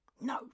No